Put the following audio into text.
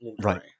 Right